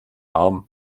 arm